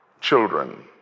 children